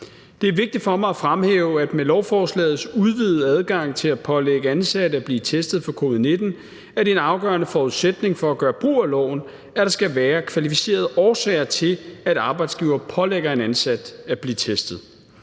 Det er vigtigt for mig at fremhæve, at med lovforslagets udvidede adgang til at pålægge ansatte at blive testet for covid-19 er det en afgørende forudsætning for at gøre brug af loven, at der skal være kvalificerede årsager til, at arbejdsgiver pålægger en ansat at blive testet.